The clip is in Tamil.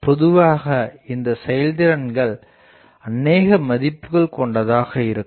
பொதுவாக இந்த செயல்திறன்கள் அனேக மதிப்புகள் கொண்டதாக இருக்கும்